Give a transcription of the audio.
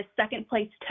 second-place